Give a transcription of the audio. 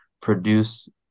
produce